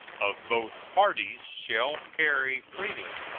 of both parties shall carry freely,